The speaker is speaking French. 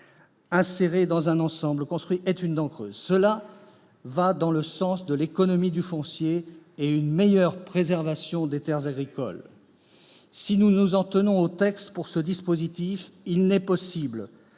insérée dans un ensemble construit est une dent creuse. Cela va dans le sens de l'économie du foncier et d'une meilleure préservation des terres agricoles. Très bien ! Si nous nous en tenons au texte, ce dispositif ne peut être